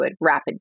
rapid